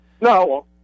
no